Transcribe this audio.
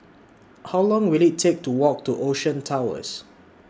How Long Will IT Take to Walk to Ocean Towers